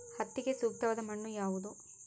ಹತ್ತಿಗೆ ಸೂಕ್ತವಾದ ಮಣ್ಣು ಯಾವುದು?